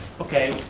okay,